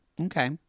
Okay